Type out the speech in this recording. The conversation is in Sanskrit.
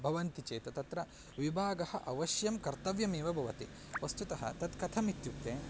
भवन्ति चेत् त तत्र विभागः अवश्यं कर्तव्यमेव भवति वस्तुतः तत् कथम् इत्युक्ते